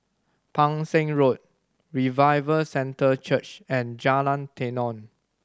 Pang Seng Road Revival Centre Church and Jalan Tenon